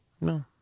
No